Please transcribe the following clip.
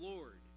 Lord